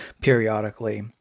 periodically